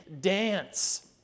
dance